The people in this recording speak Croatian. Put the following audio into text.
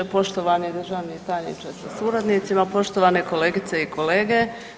Poštovani državni tajniče sa suradnicima, poštovane kolegice i kolege.